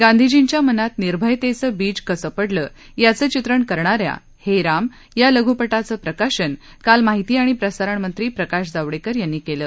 गांधीजींच्या मनात निर्भयतेचं बीज कसं पडलं याचं चित्रण करणा या हे राम या लघुपटाचं प्रकाशन काल माहिती आणि प्रसारण मंत्री प्रकाश जावडेकर यांनी केलं